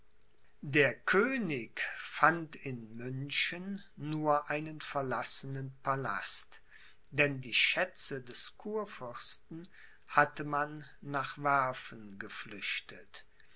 der könig fand in münchen nur einen verlassenen palast denn die schätze des kurfürsten hatte man nach werfen geflüchtet